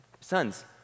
sons